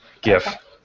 GIF